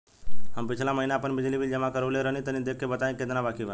हम पिछला महीना आपन बिजली बिल जमा करवले रनि तनि देखऽ के बताईं केतना बाकि बा?